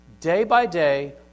day-by-day